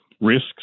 risks